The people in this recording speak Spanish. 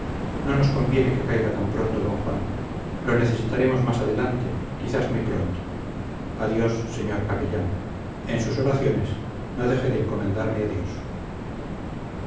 no nos conviene que caiga tan pronto d juan lo necesitaremos más adelante quizás muy pronto adiós señor capellán en sus oraciones no deje de encomendarme a dios